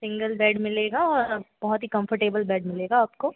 single bed मिलेगा और बहुत ही कम्फ़र्टेबल बेड मिलेगा आपको